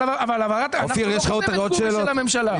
אבל אנחנו לא חותמת גומי של הממשלה.